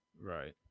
Right